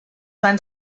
van